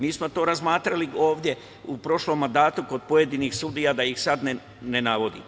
Mi smo to razmatrali ovde u prošlom mandatu kod pojedinih sudija, da ih sada ne navodim.